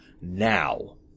now